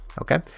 Okay